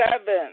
seven